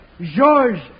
Georges